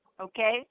Okay